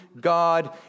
God